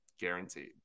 guaranteed